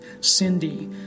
Cindy